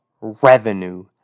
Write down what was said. revenue